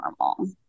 normal